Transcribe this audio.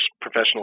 professional